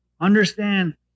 Understand